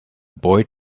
boy